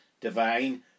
divine